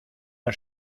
der